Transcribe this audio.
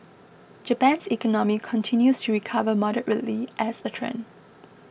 Japan's economy continues to recover moderately as a trend